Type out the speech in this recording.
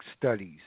studies